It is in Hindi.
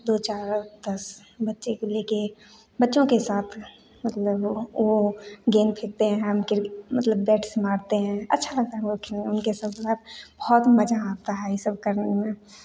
दो चार दस बच्चे को लेके बच्चों के साथ मतलब वो वो गेंद फेंकते हैं हम क्रिक मतलब बैट्स से मारते हैं अच्छा लगता है वो खेलना उनके साथ बहुत मज़ा आता है इ सब करने में